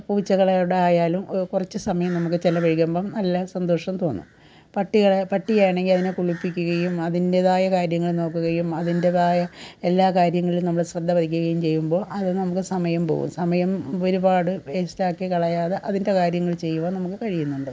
പൂച്ചകളോടായാലും അത് കുറച്ച് സമയം നമുക്ക് ചിലവഴിക്കുമ്പം നല്ല സന്തോഷം തോന്നും പട്ടികളെ പട്ടിയാണെങ്കിൽ അതിനെ കുളിപ്പിക്കുകയും അതിൻ്റേതായ കാര്യങ്ങൾ നോക്കുകയും അതിൻ്റേതായ എല്ലാ കാര്യങ്ങളും നമ്മൾ ശ്രദ്ധ വയ്ക്കുകയും ചെയ്യുമ്പോൾ അത് നമുക്ക് സമയം പോവും സമയം ഒരുപാട് വെയ്സ്റ്റാക്കിക്കളയാതെ അതിന്റെ കാര്യങ്ങൾ ചെയ്യുവാൻ നമുക്ക് കഴിയുന്നുണ്ട്